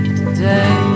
today